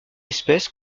espèce